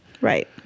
Right